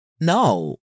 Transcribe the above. No